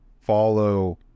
follow